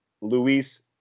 Luis